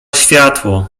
światło